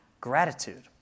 gratitude